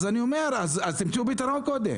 אז אני אומר, תמצאו פתרון קודם.